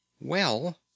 Well